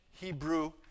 Hebrew